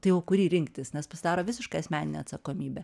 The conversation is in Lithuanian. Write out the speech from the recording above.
tai o kurį rinktis nes pasidaro visiškai asmeninė atsakomybė